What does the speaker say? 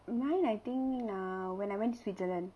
mine I think uh when I went switzerland